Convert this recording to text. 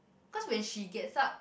cause when she gets up